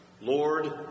Lord